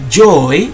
joy